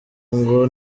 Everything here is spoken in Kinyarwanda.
ngo